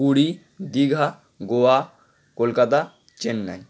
Puri Digha Goa Kolkata Chennai